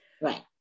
Right